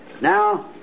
Now